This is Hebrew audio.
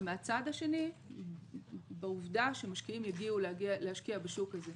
ומהצד השני בעובדה שמשקיעים יגיעו להשקיע בשוק הזה.